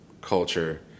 culture